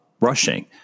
rushing